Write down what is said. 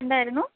എന്തായിരുന്നു